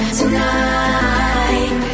tonight